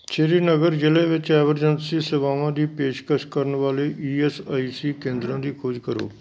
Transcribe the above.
ਸ਼੍ਰੀਨਗਰ ਜ਼ਿਲੇ ਵਿੱਚ ਐਮਰਜੈਂਸੀ ਸੇਵਾਵਾਂ ਦੀ ਪੇਸ਼ਕਸ਼ ਕਰਨ ਵਾਲੇ ਈ ਐਸ ਆਈ ਸੀ ਕੇਂਦਰਾਂ ਦੀ ਖੋਜ ਕਰੋ